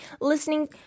listening